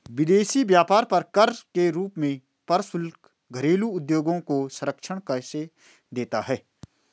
विदेशी व्यापार पर कर के रूप में प्रशुल्क घरेलू उद्योगों को संरक्षण कैसे देता है?